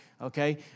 okay